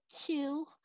two